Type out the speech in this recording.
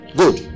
good